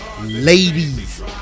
Ladies